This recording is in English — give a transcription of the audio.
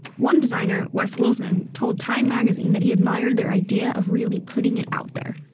one designer, wes wilson, told time magazine that he admired their idea of really putting it out there.